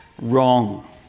wrong